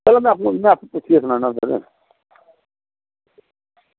चलो में में आपें पुच्छियै सनाना तुसेंगी